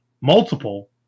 multiple